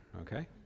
okay